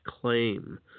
claim